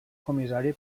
comissari